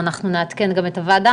כשמדינת הסטארט-אפ פוגשת את תיקון העולם.